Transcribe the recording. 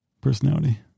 personality